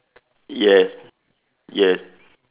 yes yes